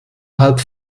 halb